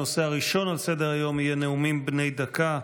הנושא הראשון על סדר-היום יהיה נאומים בני דקה.